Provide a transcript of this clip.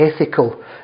ethical